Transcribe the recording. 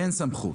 אין סמכות.